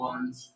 Ones